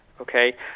okay